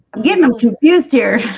getting them confused here.